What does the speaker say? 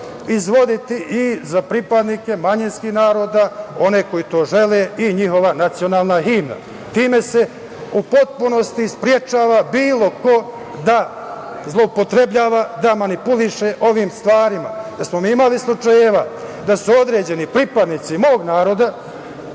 izvoditi i za pripadnike manjinskih naroda, one koji to žele, i njihova nacionalna himna. Time se u potpunosti sprečava bilo ko da zloupotrebljava, da manipuliše ovim stvarima, jer smo mi imali slučajeva da su određeni pripadnici mog naroda